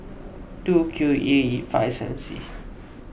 two Q E five seven C